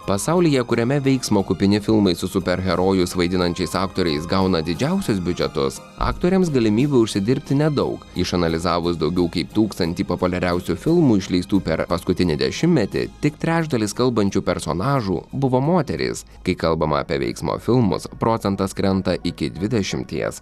pasaulyje kuriame veiksmo kupini filmai su superherojus vaidinančiais aktoriais gauna didžiausius biudžetus aktorėms galimybių užsidirbti nedaug išanalizavus daugiau kaip tūkstantį populiariausių filmų išleistų per paskutinį dešimtmetį tik trečdalis kalbančių personažų buvo moterys kai kalbama apie veiksmo filmus procentas krenta iki dvidešimties